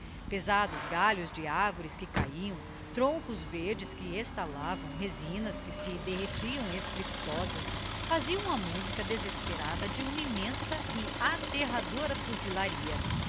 pesados galhos de arvores que cahiam troncos verdes que estalavam resinas que se derretiam estrepitosas faziam a musica desesperada de uma immensa e aterradora fuzilaria